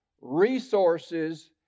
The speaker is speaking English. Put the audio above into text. resources